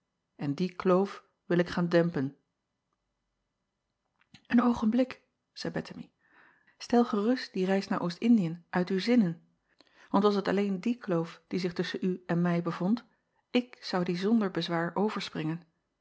en die kloof wil ik gaan dempen en oogenblik zeî ettemie stel gerust die reis naar ost ndiën uit uw zinnen want was het alleen die kloof die zich tusschen u en mij bevond ik zou die zonder bezwaar